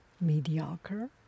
mediocre